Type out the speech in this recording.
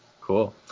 Cool